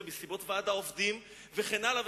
זה מסיבות ועד העובדים וכן הלאה,